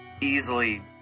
easily